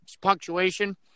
punctuation